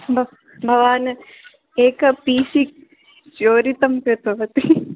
ब भवान् एकं पि सि चोरितं कृतवती